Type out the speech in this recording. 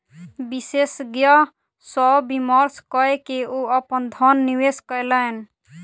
विशेषज्ञ सॅ विमर्श कय के ओ अपन धन निवेश कयलैन